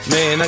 Man